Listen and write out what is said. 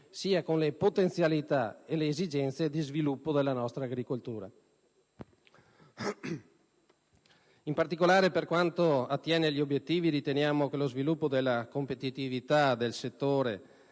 sia con le potenzialità e le esigenze di sviluppo della nostra agricoltura. In particolare, per quanto attiene agli obiettivi, riteniamo che lo sviluppo della competitività del settore,